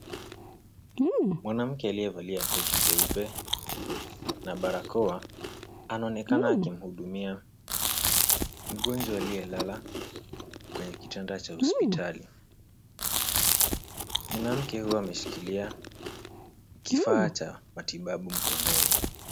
Mwanamke aliyevalia koti jeupe na barakoa anaonekana akimhudumia mgonjwa aliyelala kwenye kitanda cha hospitali. Mwanamke huyo ameshikilia kifaa cha matibabu mkononi.